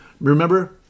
Remember